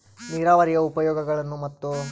ನೇರಾವರಿಯ ಉಪಯೋಗಗಳನ್ನು ಮತ್ತು?